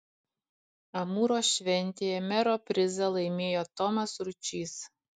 amūro šventėje mero prizą laimėjo tomas ručys